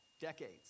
decades